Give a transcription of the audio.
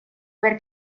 aver